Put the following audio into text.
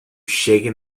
shaking